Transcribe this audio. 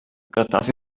cretaci